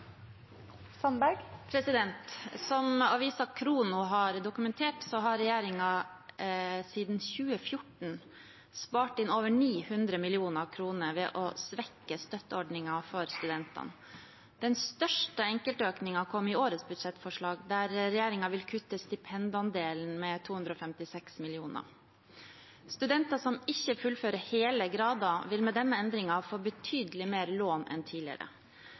har dokumentert, har regjeringen siden 2014 spart inn over 900 mill. kr ved å svekke støtteordningen for studentene. Den største enkeltøkningen kom i årets budsjettforslag, der regjeringen vil kutte stipendandelen med 256 mill. kr. Studenter som ikke fullfører hele grader, vil med denne endringen få betydelig mer lån enn tidligere.